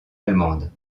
allemande